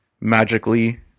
magically